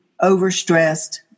overstressed